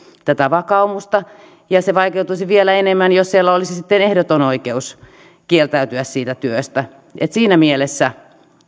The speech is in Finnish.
tätä vakaumusta ja se vaikeutuisi vielä enemmän jos siellä olisi ehdoton oikeus kieltäytyä siitä työstä siinä mielessä